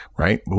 Right